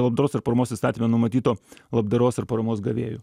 labdaros ir paramos įstatyme numatytu labdaros ir paramos gavėju